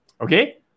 Okay